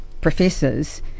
professors